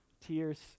tears